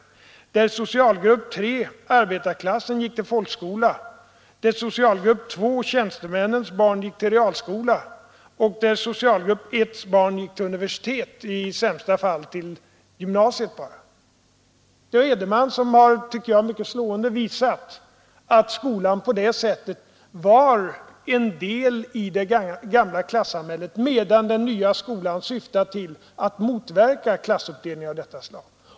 Barnen från socialgrupp 3, arbetarklassen, gick till folkskolan, barnen från socialgrupp 2 — tjänstemännens barn — till realskolan och barnen från socialgrupp 1 till universiteten, i sämsta fall bara till gymnasiet. Ragnar Edenman har mycket slående, tycker jag, visat att skolan på det sättet var en del i det gamla klassamhället, medan den nya skolan syftar till att motverka klassuppdelning av detta slag.